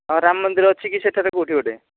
ହଁ ରାମ ମନ୍ଦିର ଅଛି କି ସେଠାରେ କେଉଁଠି ଗୋଟେ